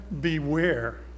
beware